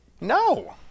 No